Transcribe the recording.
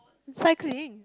cycling